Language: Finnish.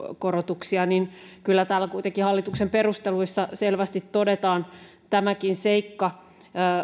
korotuksia kyllä täällä kuitenkin hallituksen perusteluissa selvästi todetaan tämäkin seikka